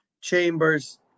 Chambers